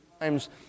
times